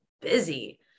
busy